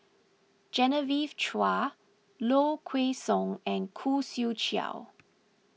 Genevieve Chua Low Kway Song and Khoo Swee Chiow